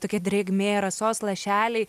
tokia drėgmė rasos lašeliai